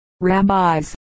rabbis